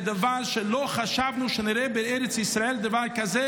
לא חשבנו שנראה בארץ ישראל דבר כזה.